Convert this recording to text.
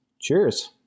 cheers